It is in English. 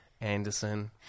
anderson